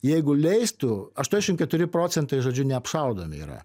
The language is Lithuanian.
jeigu leistų aštuoniasdešimt keturi procentai žodžiu neapšaudomi yra